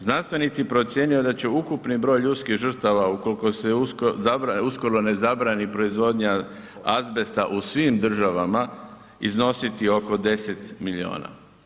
Znanstvenici procjenjuju da će ukupni broj ljudskih žrtava ukoliko se uskoro ne zabrani proizvodnja azbesta u svim državama iznositi oko 10 milijuna.